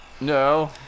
No